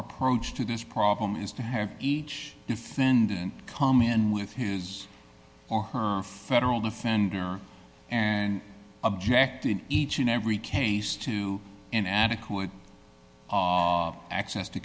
approach to this problem is to have each defendant come in with his or her federal defender and objected each and every case to an adequate access to